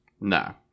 No